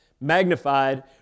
magnified